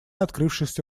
открывшихся